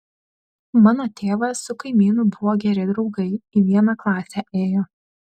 mano tėvas su kaimynu buvo geri draugai į vieną klasę ėjo